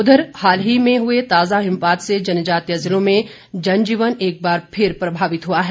उधर हाल ही में हुए ताज़ा हिमपात से जनजातीय ज़िलों में जनजीवन एकबार फिर प्रभावित हुआ है